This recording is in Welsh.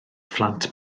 phlant